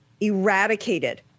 Eradicated